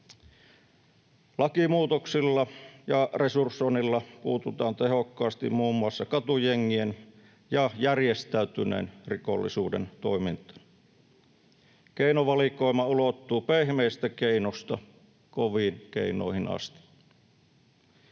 Lakimuutoksilla ja resursoinnilla puututaan tehokkaasti muun muassa katujengien ja järjestäytyneen rikollisuuden toimintaan. Keinovalikoima ulottuu pehmeistä keinoista koviin keinoihin asti.